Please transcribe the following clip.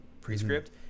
prescript